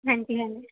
ਹਾਂਜੀ ਹਾਂਜੀ